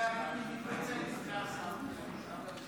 וחבריי לכנסת, אזרחי ישראל,